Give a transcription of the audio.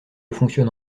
fonctionne